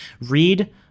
Read